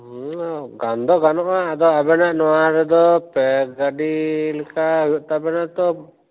ᱜᱟᱱ ᱫᱚ ᱜᱟᱱᱚᱜᱼᱟ ᱟᱫᱚ ᱟᱵᱮᱱᱟᱜ ᱱᱚᱣᱟ ᱨᱮᱫᱚ ᱯᱮ ᱜᱟᱹᱰᱤ ᱞᱮᱠᱟ ᱦᱩᱭᱩᱜ ᱛᱟᱵᱮᱱᱟ ᱛᱚ